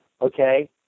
okay